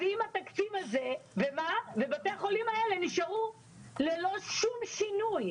אז בתקציב הזה בתי החולים האלה נשארו ללא שום שינוי.